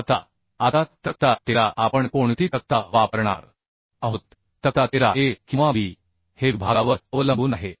आता आता तक्ता 13 आपण कोणती तक्ता वापरणार आहोत तक्ता 13 a किंवा b हे विभागावर अवलंबून आहे